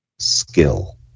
Skill